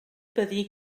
byddi